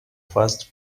first